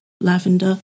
lavender